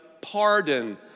pardon